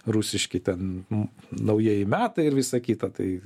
rusiški ten naujieji metai ir visa kita tai